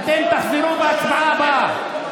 אתם תחזרו בהצבעה הבאה.